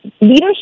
leadership